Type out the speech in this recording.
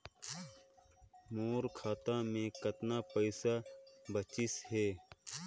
मोर खाता मे कतना पइसा बाचिस हे?